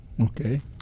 Okay